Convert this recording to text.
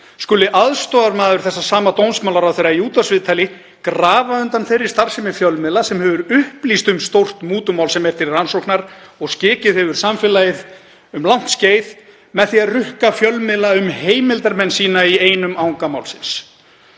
skuli aðstoðarmaður þessa sama dómsmálaráðherra í útvarpsviðtali grafa undan þeirri starfsemi fjölmiðla sem hefur upplýst um stórt mútumál sem er til rannsóknar og skekið hefur samfélagið um langt skeið með því að rukka fjölmiðla um heimildarmenn sína í einum anga málsins.